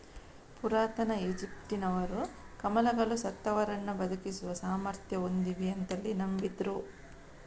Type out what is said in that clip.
ಪುರಾತನ ಈಜಿಪ್ಟಿನವರು ಕಮಲಗಳು ಸತ್ತವರನ್ನ ಬದುಕಿಸುವ ಸಾಮರ್ಥ್ಯ ಹೊಂದಿವೆ ಅಂತಲೇ ನಂಬಿದ್ರು